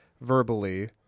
verbally